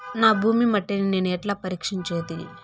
నా భూమి మట్టిని నేను ఎట్లా పరీక్షించేది?